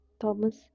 Thomas